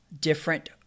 different